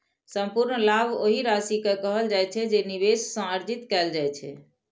संपूर्ण लाभ ओहि राशि कें कहल जाइ छै, जे निवेश सं अर्जित कैल जाइ छै